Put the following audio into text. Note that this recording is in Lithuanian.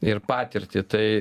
ir patirtį tai